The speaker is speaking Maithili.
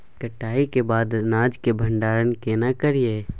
कटाई के बाद अनाज के भंडारण केना करियै?